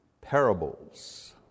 Parables